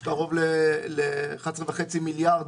יש קרוב ל-11.5 מיליארד